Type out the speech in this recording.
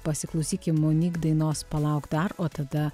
pasiklausykim monique dainos palauk dar o tada